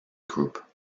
group